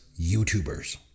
youtubers